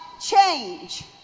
change